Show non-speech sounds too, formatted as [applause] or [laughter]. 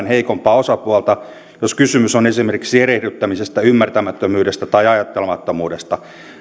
[unintelligible] heikompaa osapuolta jos kysymys on esimerkiksi erehdyttämisestä ymmärtämättömyydestä tai ajattelemattomuudesta